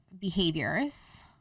behaviors